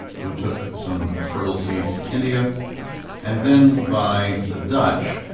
who took some fertile seeds to india and then by the dutch,